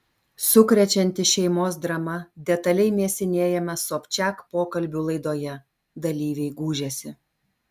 sukrečianti šeimos drama detaliai mėsinėjama sobčiak pokalbių laidoje dalyviai gūžiasi